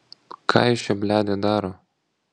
ką jis čia bledė daro